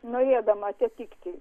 norėdama atitikti